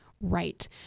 Right